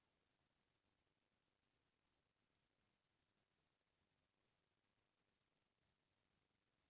जेन मनसे के म बचत के भावना रहिथे ओमन ह बरोबर कभू भूख नइ मरय